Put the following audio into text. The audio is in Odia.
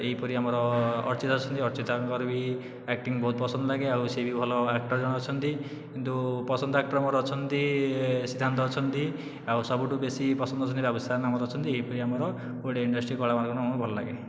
ଏହିପରି ଆମର ଅର୍ଚିତା ଅଛନ୍ତି ଅର୍ଚିତାଙ୍କର ବି ଆକ୍ଟିଙ୍ଗ ବହୁତ ପସନ୍ଦ ଲାଗେ ଆଉ ସେବି ଭଲ ଆକ୍ଟର ଜଣେ ଅଛନ୍ତି କିନ୍ତୁ ପସନ୍ଦ ଆକ୍ଟର ମୋର ଅଛନ୍ତି ସିଦ୍ଧାନ୍ତ ଅଛନ୍ତି ଆଉ ସବୁଠୁ ବେଶି ପସନ୍ଦ ଅଛନ୍ତି ବାବୁସାନ ଆମର ଅଛନ୍ତି ଏହିପରି ଆମର ଓଡ଼ିଆ ଇଣ୍ଡଷ୍ଟ୍ରି କଳାକାର ମାନଙ୍କୁ ଭଲ ଲାଗେ